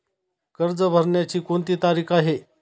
कर्ज भरण्याची कोणती तारीख आहे?